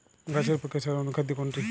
গাছের পক্ষে সেরা অনুখাদ্য কোনটি?